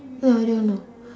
no I don't know